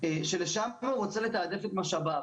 שלשם הוא רוצה לתעדף את משאביו